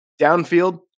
Downfield